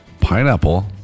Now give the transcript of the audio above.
pineapple